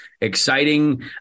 exciting